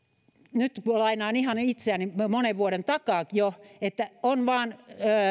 nyt lainaan ihan itseäni monen vuoden takaa jo vain